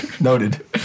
Noted